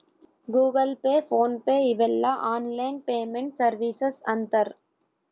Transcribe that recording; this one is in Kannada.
ಗೂಗಲ್ ಪೇ ಫೋನ್ ಪೇ ಇವೆಲ್ಲ ಆನ್ಲೈನ್ ಪೇಮೆಂಟ್ ಸರ್ವೀಸಸ್ ಅಂತರ್